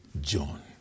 John